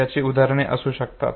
याचे उदाहरण असू शकते